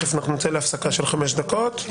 תכף נצא להפסקה של חמש דקות.